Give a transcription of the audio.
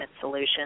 solution